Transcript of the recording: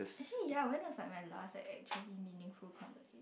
she yeah went was my like last actually meaningful conversation